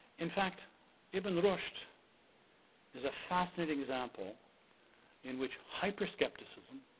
in fact ibn rushd is a fascinating example in which hyper skepticism